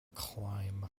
climb